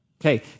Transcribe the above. Okay